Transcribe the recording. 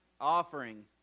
Offering